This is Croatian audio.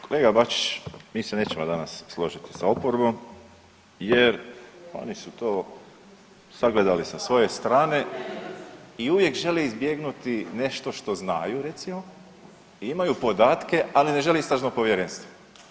Kolega Bačić, mi se nećemo danas složiti sa oporbom jer oni su to sagledali sa svoje strane i uvijek žele izbjegnuti nešto što znaju recimo i imaju podatke, ali ne žele istražno povjerenstvo.